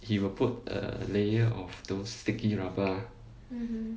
he will put a layer of those sticky rubber ah